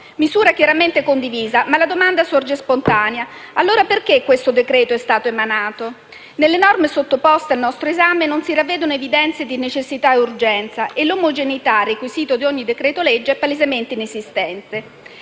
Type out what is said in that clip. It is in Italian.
misura è chiaramente condivisa, ma la domanda sorge spontanea: allora perché questo decreto-legge è stato emanato? Nelle norme sottoposte al nostro esame non si ravvedono evidenze di necessità e urgenza e l'omogeneità, requisito di ogni decreto-legge, è palesemente inesistente.